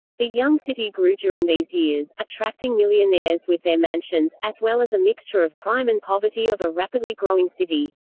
the young city grew during these years, attracting millionaires with their mansions, as well as a mixture of crime and poverty of a rapidly growing city.